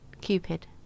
Cupid